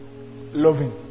loving